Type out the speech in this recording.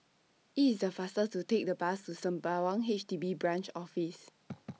IT IS The faster to Take The Bus to Sembawang H D B Branch Office